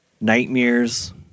nightmares